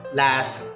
last